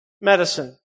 Medicine